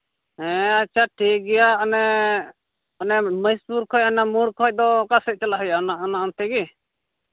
ᱦᱮᱸ ᱟᱪᱪᱷᱟ ᱴᱷᱤᱠ ᱜᱮᱭᱟ ᱚᱱᱮ ᱚᱱᱮ ᱢᱚᱦᱮᱥᱯᱩᱨ ᱠᱷᱚᱱ ᱚᱱᱟ ᱢᱳᱲ ᱠᱷᱚᱱ ᱫᱚ ᱚᱠᱟ ᱥᱮᱫ ᱪᱟᱞᱟᱜ ᱦᱩᱭᱩᱜᱼᱟ ᱚᱱᱟ ᱚᱱᱛᱮ ᱜᱮ